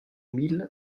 mille